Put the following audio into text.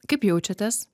kaip jaučiatės